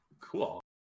Cool